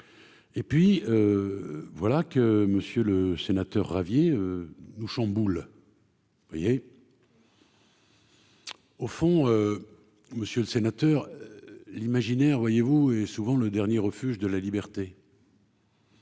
et puis voilà que, Monsieur le Sénateur Ravier nous chamboule. Voyez. Au fond, monsieur le sénateur, l'imaginaire, voyez-vous, et souvent le dernier refuge de la liberté.